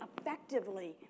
effectively